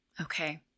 Okay